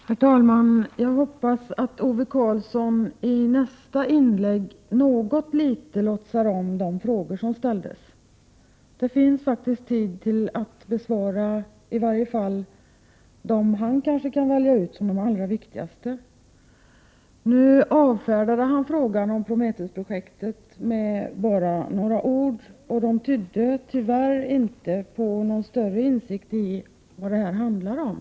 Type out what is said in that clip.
Herr talman! Jag hoppas att Ove Karlsson i nästa inlägg något litet låtsas om de frågor som ställts. Det finns faktiskt tid att besvara i varje fall dem han kanske kan välja ut som de allra viktigaste. Nu avfärdade Ove Karlsson frågan om Prometheusprojektet med bara några ord, och de tydde tyvärr inte på någon större insikt i vad det här handlar om.